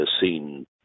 seen